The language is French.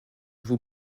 vous